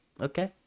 okay